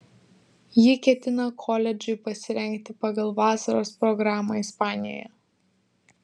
ji ketina koledžui pasirengti pagal vasaros programą ispanijoje